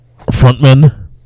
frontman